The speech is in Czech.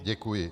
Děkuji.